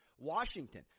Washington